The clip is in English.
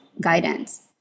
guidance